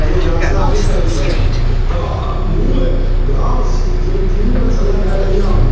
जे याचना नहि करैत छलखिन हेँ तऽ मूल ग्राम ती तीनूके छलनि हेँ रैयामे